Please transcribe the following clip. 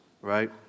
Right